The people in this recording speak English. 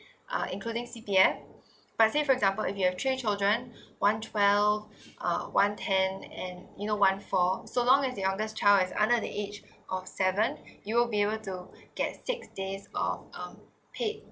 uh including C_P_F but say for example if you have three children one twelve uh one ten and you know one four so long as the youngest child is under the age of seven you will be able to get six days of um paid